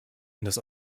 das